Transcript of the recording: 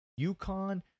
UConn